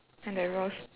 and they'll roast